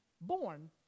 born